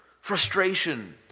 frustration